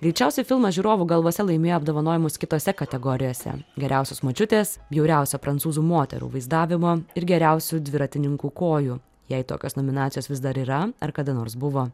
greičiausiai filmas žiūrovų galvose laimėjo apdovanojimus kitose kategorijose geriausios močiutės bjauriausio prancūzų moterų vaizdavimo ir geriausių dviratininkų kojų jei tokios nominacijos vis dar yra ar kada nors buvo